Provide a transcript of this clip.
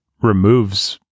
removes